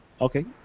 Okay